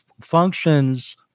functions